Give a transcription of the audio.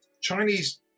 Chinese